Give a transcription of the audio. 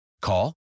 Call